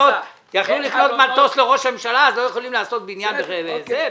יכלו לקנות מטוס לראש הממשלה אז לא יכולים לעשות בניין בחיפה?